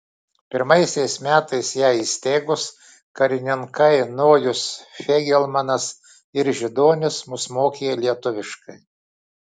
pirmaisiais metais ją įsteigus karininkai nojus feigelmanas ir židonis mus mokė lietuviškai